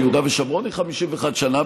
ביהודה ושומרון היא 51 שנה,